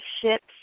ships